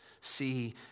see